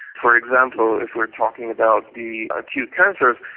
for example, if we're talking about the acute cancers,